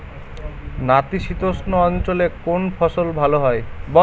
নাতিশীতোষ্ণ অঞ্চলে কোন ফসল ভালো হয়?